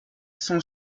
sont